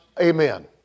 amen